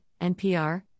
NPR